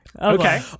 Okay